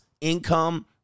income